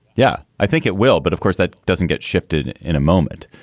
yeah, i think it will. but of course, that doesn't get shifted in a moment.